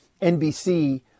NBC